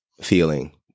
feeling